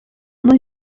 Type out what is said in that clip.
non